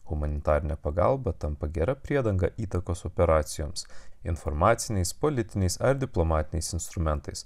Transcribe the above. humanitarinė pagalba tampa gera priedanga įtakos operacijoms informaciniais politiniais ar diplomatiniais instrumentais